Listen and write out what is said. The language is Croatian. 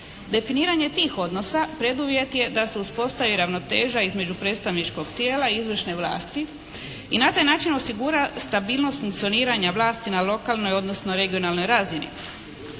Definiranje tih odnosa preduvjet je da se uspostavi ravnoteža između predstavničkog tijela i izvršne vlasti i na taj način osigura stabilnost funkcioniranja vlasti na lokalnoj odnosno regionalnoj razini.